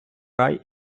рай